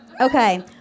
Okay